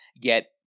get